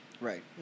Right